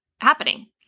happening